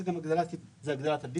זה גם הגדלת הדיסריגרד.